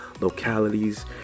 localities